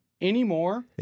anymore